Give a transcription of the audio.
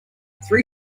three